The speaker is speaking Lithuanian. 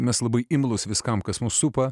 mes labai imlūs viskam kas mus supa